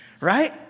right